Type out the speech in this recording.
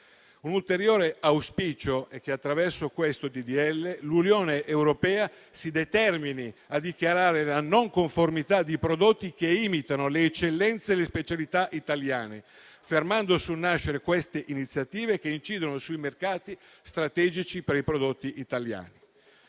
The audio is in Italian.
Un ulteriore auspicio è che, attraverso questo disegno di legge, l'Unione europea si determini a dichiarare la non conformità di prodotti che imitano le eccellenze e le specialità italiane, fermando sul nascere queste iniziative, che incidono su mercati strategici per i prodotti italiani.